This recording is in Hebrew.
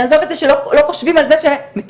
נעזוב את זה שלא חושבים על זה שמתורגמן,